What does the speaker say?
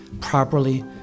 properly